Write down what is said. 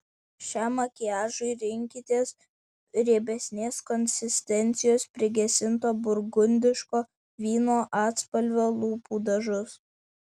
šiam makiažui rinkitės riebesnės konsistencijos prigesinto burgundiško vyno atspalvio lūpų dažus